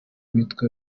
witwa